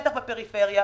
בטח בפריפריה,